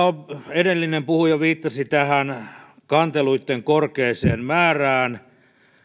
edellinen puhuja viittasi kanteluitten korkeaan määrään